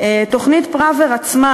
תוכנית פראוור עצמה,